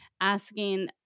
asking